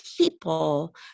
people